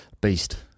Beast